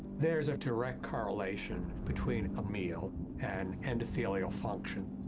there's a direct correlation between a meal and endothelial function.